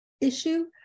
issue